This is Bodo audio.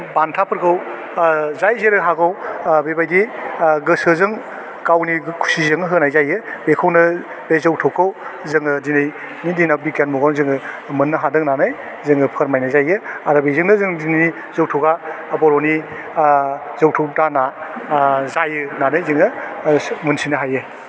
बान्थाफोरखौ आह जाय जेरै हागौ आह बेबायदि आह गोसोजों गावनि खुसिजों होनाय जायो बेखौनो बे जौथबखौ जोङो दिनैनि दिनाव बिटिआर मुगायाव जोङो मोन्नो हादों होननानै जोङो फोरमायनाय जायो आरो बिजोंनो जों दिनै जथ'गा बर'नि आह जौथुब दाना आह जायो होन्नानै जोङो ओह मोनथिनो हायो